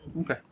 okay